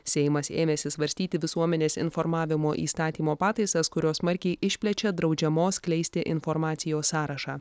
seimas ėmėsi svarstyti visuomenės informavimo įstatymo pataisas kurios smarkiai išplečia draudžiamos skleisti informacijos sąrašą